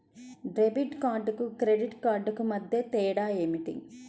Debit కార్డుకు credit కార్డుకు మధ్య తేడా ఏమిటీ?